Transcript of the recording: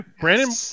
Brandon